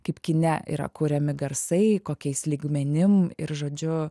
kaip kine yra kuriami garsai kokiais lygmenim ir žodžiu